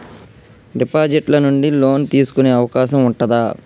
Deposit ల నుండి loan తీసుకునే అవకాశం ఉంటదా?